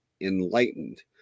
enlightened